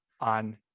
on